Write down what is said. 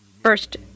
First